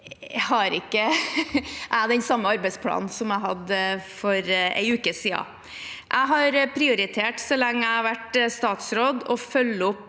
vet, har ikke jeg den samme arbeidsplanen som jeg hadde for en uke siden. Jeg har prioritert, så lenge jeg har vært statsråd, å følge opp